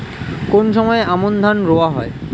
কোন সময় আমন ধান রোয়া হয়?